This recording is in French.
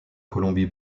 colombie